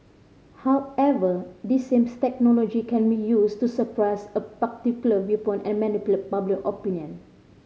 however this same technology can be used to suppress a particular viewpoint and manipulate public opinion